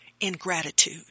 ingratitude